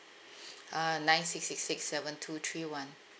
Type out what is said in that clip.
uh nine six six six seven two three one